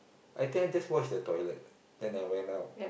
I think I just washed the toilet then I went out